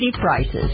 prices